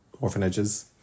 orphanages